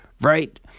right